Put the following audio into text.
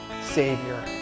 Savior